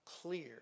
clear